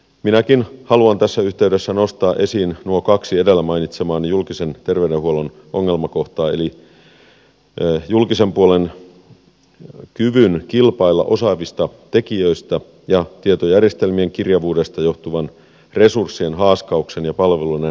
minäkin haluan tässä yh teydessä nostaa esiin nuo kaksi edellä mainitsemaani julkisen terveydenhuollon ongelmakohtaa eli julkisen puolen kyvyn kilpailla osaavista tekijöistä ja tietojärjestelmien kirjavuudesta johtuvan resurssien haaskauksen ja palveluiden laatuongelman